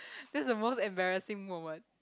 that's the most embarrassing moment